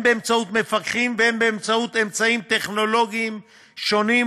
באמצעות מפקחים והן באמצעים טכנולוגיים שונים,